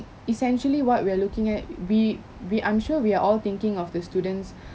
essentially what we are looking at we we I'm sure we are all thinking of the students